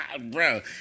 bro